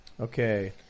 Okay